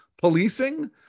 Policing